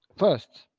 first,